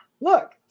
Look